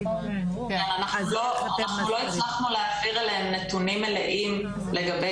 אנחנו לא הצלחנו להעביר אליהם נתונים מלאים לגבי